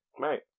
Right